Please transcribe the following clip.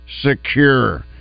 secure